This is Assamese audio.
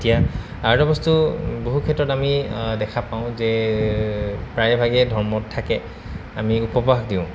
এতিয়া আৰু এটা বস্তু বহু ক্ষেত্ৰত আমি দেখা পাওঁ যে প্ৰায়ভাগে ধৰ্মত থাকে আমি উপবাস দিওঁ